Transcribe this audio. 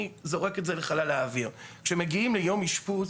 אני זורק את זה לחלל האוויר: כשמגיעים ליום אשפוז,